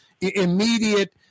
immediate –